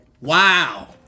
Wow